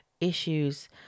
issues